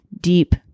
deep